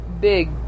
big